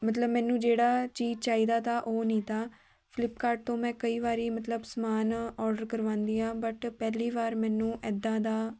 ਮਤਲਬ ਮੈਨੂੰ ਜਿਹੜਾ ਚੀਜ਼ ਚਾਹੀਦਾ ਤਾ ਉਹ ਨਹੀਂ ਤਾ ਫਲਿਪਕਾਰਡ ਤੋਂ ਮੈਂ ਕਈ ਵਾਰੀ ਮਤਲਬ ਸਮਾਨ ਔਡਰ ਕਰਵਾਉਂਦੀ ਹਾਂ ਬਟ ਪਹਿਲੀ ਵਾਰ ਮੈਨੂੰ ਇੱਦਾਂ ਦਾ